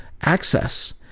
access